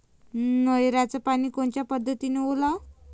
नयराचं पानी कोनच्या पद्धतीनं ओलाव?